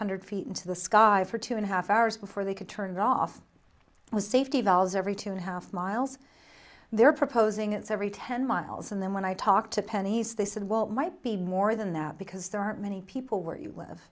hundred feet into the sky for two and a half hours before they could turn it off with safety valves every two and a half miles they're proposing it's every ten miles and then when i talked to pennies they said well it might be more than that because there aren't many people where you live